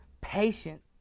patient